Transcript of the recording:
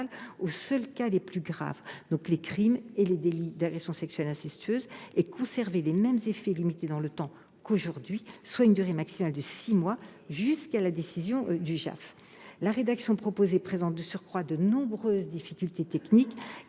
aux seuls cas les plus graves- les crimes et les délits d'agression sexuelle incestueuse -et conserver les mêmes effets limités dans le temps qu'actuellement, soit une durée maximale de six mois jusqu'à la décision du JAF. De surcroît, la rédaction proposée pose de nombreuses difficultés techniques,